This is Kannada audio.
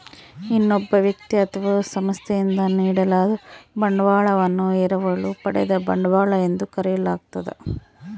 ಇನ್ನೊಬ್ಬ ವ್ಯಕ್ತಿ ಅಥವಾ ಸಂಸ್ಥೆಯಿಂದ ನೀಡಲಾದ ಬಂಡವಾಳವನ್ನು ಎರವಲು ಪಡೆದ ಬಂಡವಾಳ ಎಂದು ಕರೆಯಲಾಗ್ತದ